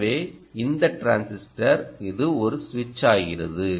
எனவே இந்த டிரான்சிஸ்டர் அது ஸ்விட்ச் ஆகிறது